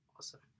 awesome